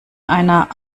einer